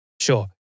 sure